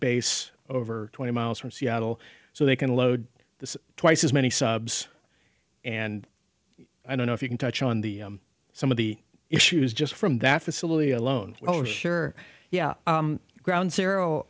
base over twenty miles from seattle so they can load this twice as many subs and i don't know if you can touch on the some of the issues just from that facility alone oh sure yeah ground zero